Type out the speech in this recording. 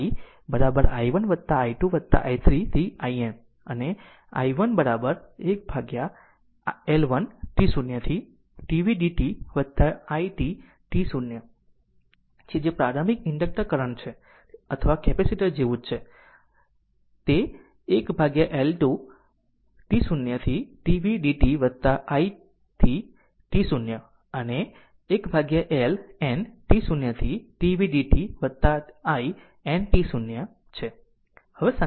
જો તે it i i1 plus i2 plus i3 up to i N અને i i1 1L1 t 0 to t v dt plus i1 t 0 છે જે પ્રારંભિક inductor current છે અથવા કેપેસિટર જેવું ગમે છે તે ગમે તે જ 1L 2 t 0 to t v dt plus i to t 0 અને 1L N t 0 to t v dt plus i N t 0 છે